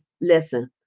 Listen